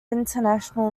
international